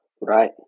right